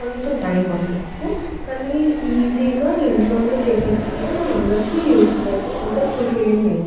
కొంచెం టైం పట్టవచ్చు కానీ ఈజీగా ఇంట్లోనే చేసేసుకుంటే మనందరికీ యూస్ఫుల్ అవుతుంది అందరికి ఫుల్ఫిల్లింగ్ అవుతుంది